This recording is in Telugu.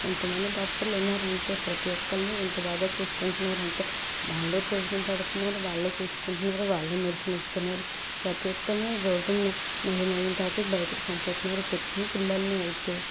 ఎంతమంది డాక్టర్లు ఉన్నారు అంటే ప్రతి ఒక్కరినీ ఎంత బాగా చూసుకుంటున్నారు అంటే వాళ్ళే భోజనం పెడుతున్నారు వాళ్ళే చూసుకుంటున్నారు వాళ్ళే మెడిసిన్ ఇస్తున్నారు ప్రతి ఒక్కరిని రోగం న నయం అయినా తర్వాతే బయటకు పంపుతున్నారు పుట్టిన పిల్లల్ని అయితే